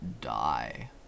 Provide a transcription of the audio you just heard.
die